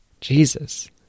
Jesus